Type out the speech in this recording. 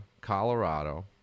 Colorado